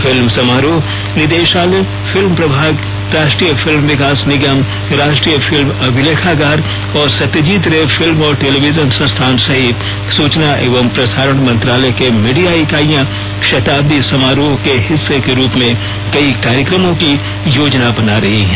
film समारोह निदेशालय film प्रभाग राष्ट्रीय फिल्म विकास निगम राष्ट्रीय फिल्म अभिलेखागार और सत्यजीत रे फिल्म और टेलीविजन संस्थान सहित सुचना एवं प्रसारण मंत्रालय के मीडिया इकाइयां शताब्दी समारोहों के हिस्से के रूप में कई कार्यक्रमों की योजना बना रही हैं